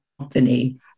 company